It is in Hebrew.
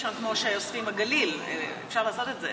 שר האוצר חבר הכנסת יצחק כהן על תשובותיו.